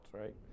right